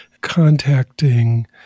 contacting